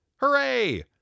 Hooray